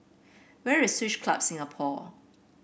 where is Swiss Club Singapore